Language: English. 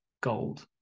gold